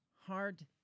hard